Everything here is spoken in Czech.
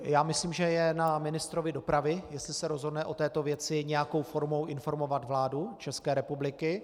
Já myslím, že je na ministrovi dopravy, jestli se rozhodne o této věci nějakou formou informovat vládu České republiky.